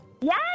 Yes